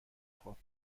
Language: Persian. خوب